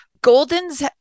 Golden's